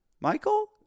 Michael